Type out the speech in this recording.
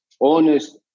honest